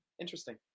interesting